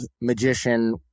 magician